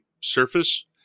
surface